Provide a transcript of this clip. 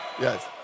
yes